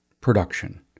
production